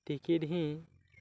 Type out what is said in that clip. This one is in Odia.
ଟିକିଟ୍ ହିଁ